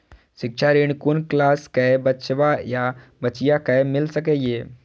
शिक्षा ऋण कुन क्लास कै बचवा या बचिया कै मिल सके यै?